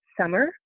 summer